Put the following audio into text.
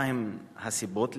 1. מה הן הסיבות לכך?